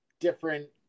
different